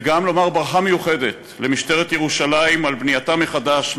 וגם לומר ברכה מיוחדת למשטרת ירושלים על בנייתה מחדש,